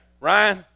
Ryan